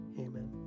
Amen